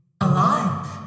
alive